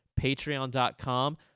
patreon.com